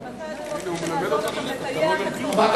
עד מתי אתם רוצים שנעזור לכם לטייח, חברת